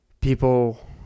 people